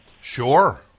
Sure